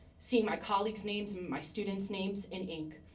seeing my colleagues, names, my students names in ink,